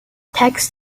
text